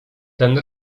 ten